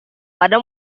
pada